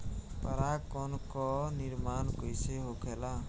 पराग कण क निर्माण कइसे होखेला?